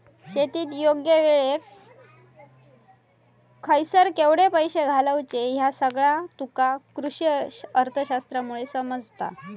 शेतीत योग्य वेळेक खयसर केवढे पैशे घालायचे ह्या सगळा तुका कृषीअर्थशास्त्रामुळे समजता